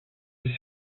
des